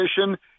position